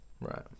right